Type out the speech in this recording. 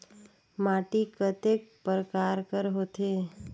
माटी कतेक परकार कर होथे?